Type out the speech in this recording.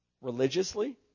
religiously